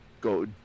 go